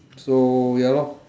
so ya lor